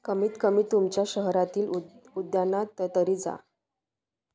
कमीत कमी तुमच्या शहरातील उद उद्यानात त तरी जा